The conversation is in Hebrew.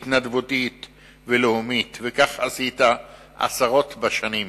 התנדבותית ולאומית, וכך עשית עשרות בשנים.